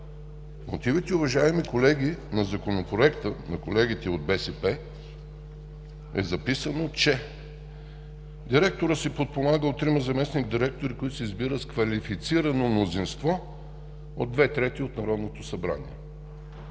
мотивите, уважаеми колеги, на Законопроекта на колегите от БСП е записано, че директорът се подпомага от трима заместник-директори, които се избират с квалифицирано мнозинство от две трети от Народното събрание.